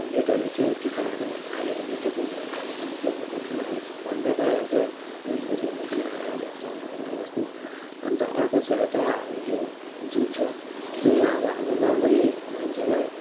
हन्ड्रेडहरू थियो टिकटको अहिले त निकै पुग्यो होला अहिले त निकै भयो गएको छुइनँ अहिले त फोनमै पाइहाल्छ मुभीहरू हेर्नु किन आइनक्स हलहरू गइबस्नु अन्त अर्को छ यता उयो जू छ जूमा अब हाम्रो नर्मली मान्छेलाई